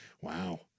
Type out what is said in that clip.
Wow